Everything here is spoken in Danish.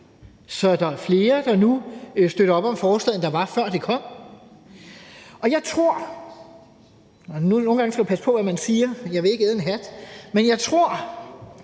så der er flere, der nu støtter op om forslaget, end der var, før det kom. Og jeg tror – nogle gange skal man passe på, hvad man siger, og jeg vil ikke æde en hat – at